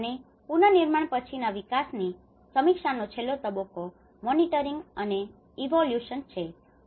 અને પુનર્નિર્માણ પછીના વિકાસની સમીક્ષાનો છેલ્લો તબક્કો મોનીટોરીંગ monitoring દેખરેખ અને ઇવોલ્યૂશન evolution મૂલ્યાંકનછે